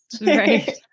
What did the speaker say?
Right